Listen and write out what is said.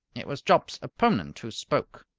it was jopp's opponent who spoke.